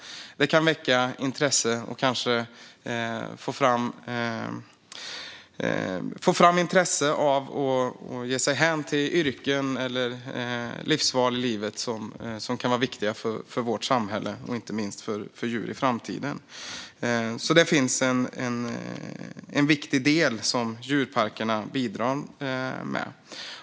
Det kan väcka ett intresse och en vilja att ge sig hän åt yrken eller livsval som är viktiga för vårt samhälle och, inte minst, för djur i framtiden. Det är en viktig del som djurparkerna bidrar med.